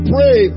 Pray